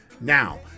Now